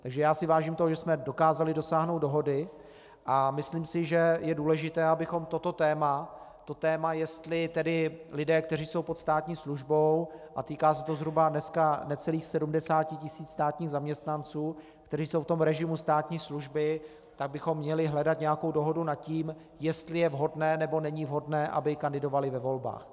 Takže já si vážím toho, že jsme dokázali dosáhnout dohody, a myslím si, že je důležité, abychom toto téma, to téma, jestli lidé, kteří jsou pod státní službou, a týká se to dneska zhruba necelých 70 tisíc státních zaměstnanců, kteří jsou v tom režimu státní služby, tak bychom měli hledat nějakou dohodu nad tím, jestli je vhodné, nebo není vhodné, aby kandidovali ve volbách.